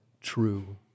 true